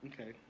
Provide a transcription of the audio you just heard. Okay